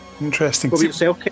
Interesting